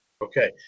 Okay